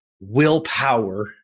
willpower